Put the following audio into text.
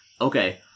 Okay